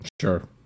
Sure